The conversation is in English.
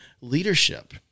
leadership